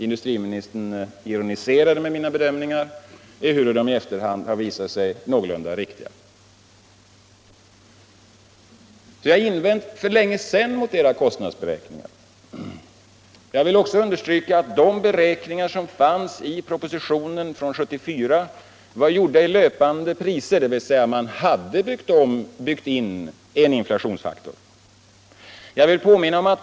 Industriministern ironiserade över mina bedömningar, ehuru de i efterhand har visat sig någorlunda riktiga. Vi har redan för länge sedan invänt mot kostnadsberäkningarna. Jag vill också understryka att de beräkningar som fanns i propositionen från 1974 var gjorda i löpande priser, dvs. man hade byggt in en inflationsfaktor.